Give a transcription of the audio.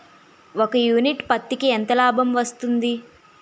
ఒక యూనిట్ పత్తికి ఎంత లాభం వస్తుంది?